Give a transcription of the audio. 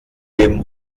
dem